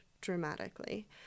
dramatically